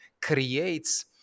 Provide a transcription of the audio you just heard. creates